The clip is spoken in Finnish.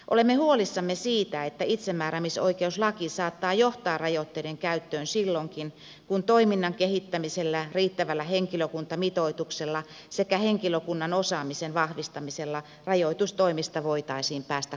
olemme huolissamme siitä että itsemääräämisoikeuslaki saattaa johtaa rajoitteiden käyttöön silloinkin kun toiminnan kehittämisellä riittävällä henkilökuntamitoituksella sekä henkilökunnan osaamisen vahvistamisella rajoitustoimista voitaisiin päästä kokonaan eroon